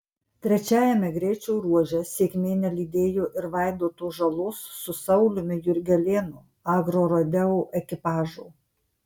trečiajame greičio ruože sėkmė nelydėjo ir vaidoto žalos su sauliumi jurgelėnu agrorodeo ekipažo